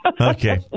Okay